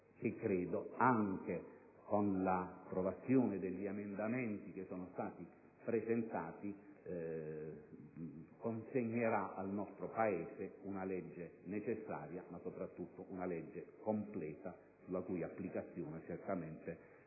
credo, anche con l'approvazione degli emendamenti che sono stati presentati, consegnerà al nostro Paese una legge necessaria, ma soprattutto completa, sulla cui applicazione certamente poniamo